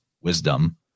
wisdom